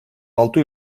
altı